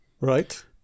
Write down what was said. Right